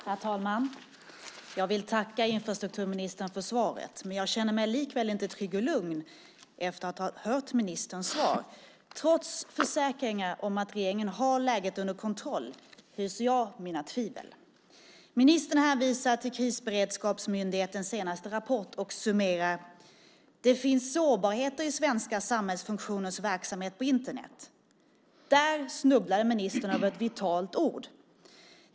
Herr talman! Jag vill tacka infrastrukturministern för svaret, men jag känner mig likväl inte trygg och lugn efter att ha hört ministerns svar. Trots försäkringar om att regeringen har läget under kontroll hyser jag mina tvivel. Ministern hänvisar till Krisberedskapsmyndighetens senaste rapport och summerar: "Det finns sårbarheter i svenska samhällsfunktioners verksamhet på Internet". Där snubblade ministern över ett vitalt ord.